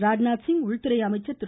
ராஜ்நாத்சிங் உள்துறை அமைச்சர் திரு